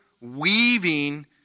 weaving